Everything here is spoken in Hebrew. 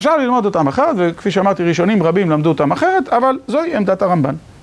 אפשר ללמוד אותם אחת וכפי שאמרתי ראשונים רבים למדו אותם אחרת אבל זוהי עמדת הרמבן.